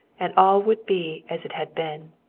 and all would be as it had been.